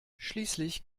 schließlich